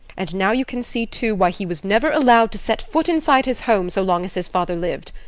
and now you can see, too, why he was never allowed to set foot inside his home so long as his father lived.